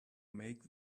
make